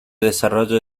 desarrollo